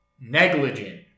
negligent